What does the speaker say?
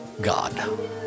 God